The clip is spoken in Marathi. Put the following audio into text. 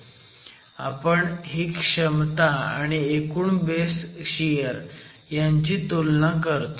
आपण ही क्षमता आणि एकूण बेस शियर ह्यांची तुलना करतो